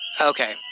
Okay